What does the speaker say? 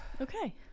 okay